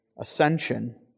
ascension